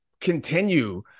continue